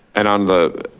and on the,